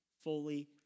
fully